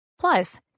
Plus